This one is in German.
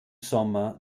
sommer